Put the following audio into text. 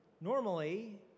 Normally